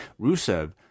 Rusev